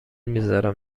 میذارم